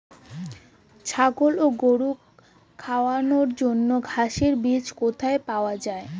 ছাগল ও গরু খাওয়ানোর জন্য ঘাসের বীজ কোথায় পাওয়া যায়?